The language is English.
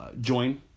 join